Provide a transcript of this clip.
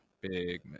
Big